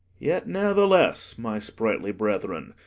yet, ne'er the less, my spritely brethren,